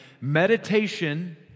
meditation